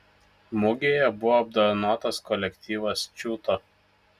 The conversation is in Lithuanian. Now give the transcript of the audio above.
mugėje buvo apdovanotas kolektyvas čiūto